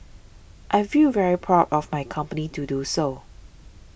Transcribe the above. I feel very proud of my company to do so